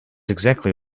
exactly